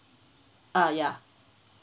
uh ya